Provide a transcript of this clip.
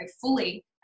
fully